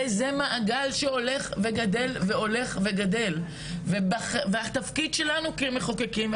וזה מעגל שהולך וגדל והתפקיד שלנו כמחוקקים,